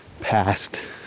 past